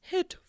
Hit